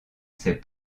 ses